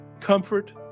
comfort